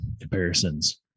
comparisons